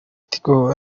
tigo